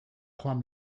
joan